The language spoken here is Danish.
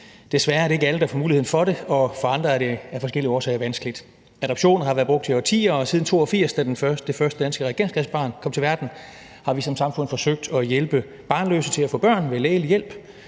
Desværre er det ikke alle, der får muligheden for det, og for andre er det af forskellige årsager vanskeligt. Adoption har været brugt i årtier, og siden 1982, da det første danske reagensglasbarn kom til verden, har vi som samfund forsøgt at hjælpe barnløse til at få børn ved lægelig hjælp,